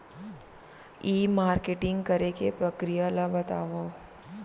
ई marketing करे के प्रक्रिया ला बतावव?